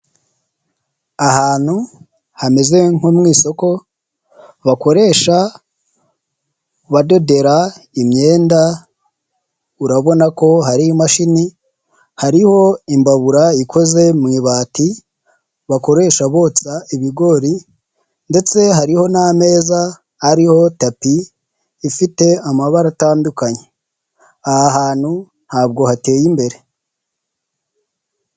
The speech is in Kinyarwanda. Ahantu hameze nko mu isoko, bakoresha badodera imyenda, urabona ko hari imashini hariho imbabura ikoze mubati, bakoresha botsa ibigori ndetse hariho n'ameza ariho tapi ifite amabara atandukanye, aha hantu ntabwo hateye imbere.